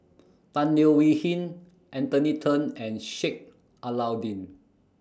Tan Leo Wee Hin Anthony Then and Sheik Alau'ddin